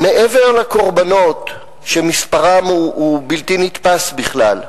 מעבר לקורבנות, שמספרם בלתי נתפס בכלל,